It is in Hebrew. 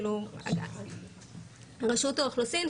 רשות האוכלוסין,